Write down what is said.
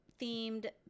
themed